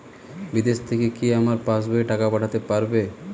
বিদেশ থেকে কি আমার পাশবইয়ে টাকা পাঠাতে পারবে?